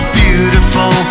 beautiful